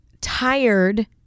tired